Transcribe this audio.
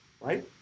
right